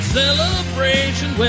celebration